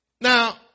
Now